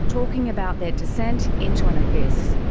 talking about their descent into an abyss.